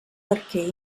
barquer